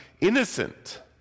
innocent